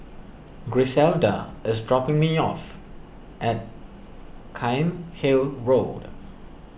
Griselda is dropping me off at Cairnhill Road